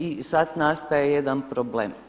I sad nastaje jedan problem.